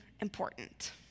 important